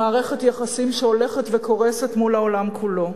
עם מערכת יחסים שהולכת וקורסת מול העולם כולו.